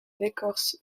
l’écorce